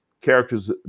character's